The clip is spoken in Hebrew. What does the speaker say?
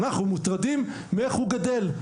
אנחנו מוטרדים מאיך הוא גדל,